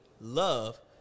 love